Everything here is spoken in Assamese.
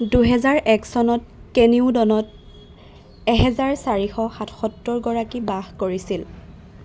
দুহেজাৰ এক চনত কেনিউদনত এহেজাৰ চাৰিশ সাতসত্তৰগৰাকী বাস কৰিছিল